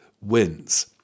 wins